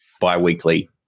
bi-weekly